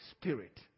spirit